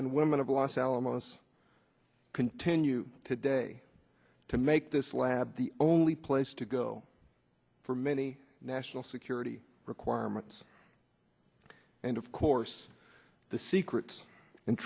and women of los alamos continue today to make this lab the only place to go for many national security requirements and of course the secrets